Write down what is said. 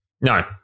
No